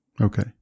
Okay